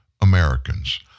Americans